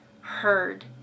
heard